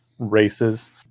races